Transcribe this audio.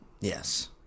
Yes